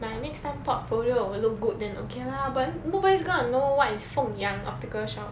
my next time portfolio will look good then okay lah but nobody's gonna know what is feng yang optical shop